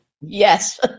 Yes